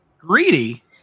greedy